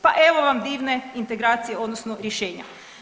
Pa evo vam divne integracije odnosno rješenja.